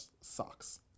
sucks